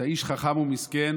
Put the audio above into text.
את האיש החכם והמסכן